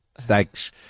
Thanks